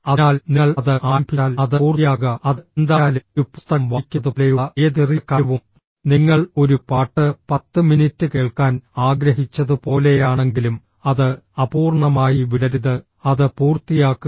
അതിനാൽ നിങ്ങൾ അത് ആരംഭിച്ചാൽ അത് പൂർത്തിയാക്കുക അത് എന്തായാലും ഒരു പുസ്തകം വായിക്കുന്നത് പോലെയുള്ള ഏത് ചെറിയ കാര്യവും നിങ്ങൾ ഒരു പാട്ട് 10 മിനിറ്റ് കേൾക്കാൻ ആഗ്രഹിച്ചത് പോലെയാണെങ്കിലും അത് അപൂർണ്ണമായി വിടരുത് അത് പൂർത്തിയാക്കുക